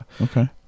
Okay